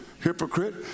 hypocrite